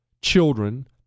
children